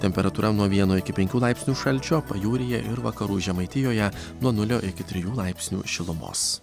temperatūra nuo vieno iki penkių laipsnių šalčio pajūryje ir vakarų žemaitijoje nuo nulio iki trijų laipsnių šilumos